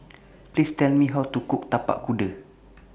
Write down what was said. Please Tell Me How to Cook Tapak Kuda